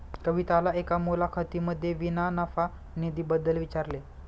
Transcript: कविताला एका मुलाखतीमध्ये विना नफा निधी बद्दल विचारले